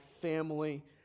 family